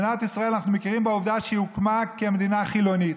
אנחנו מכירים בעובדה שמדינת ישראל הוקמה כמדינה חילונית.